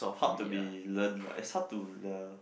hard to be learn lah it's hard to learn